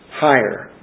higher